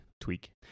tweak